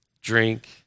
drink